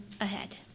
ahead